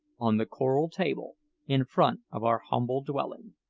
on the coral table in front of our humble dwelling.